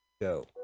go